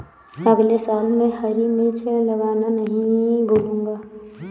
अगले साल मैं हरी मिर्च लगाना नही भूलूंगा